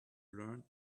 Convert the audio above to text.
learned